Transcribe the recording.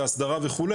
והסדרה וכו',